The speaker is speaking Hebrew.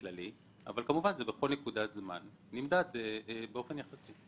כמובן שבכל נקודת זמן זה נמדד באופן יחסי.